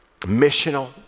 missional